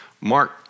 Mark